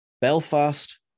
Belfast